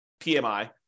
PMI